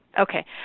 Okay